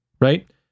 right